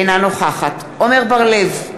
אינה נוכחת עמר בר-לב,